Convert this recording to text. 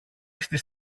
στις